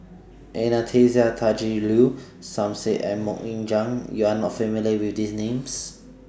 Anastasia Tjendri Liew Som Said and Mok Ying Jang YOU Are not familiar with These Names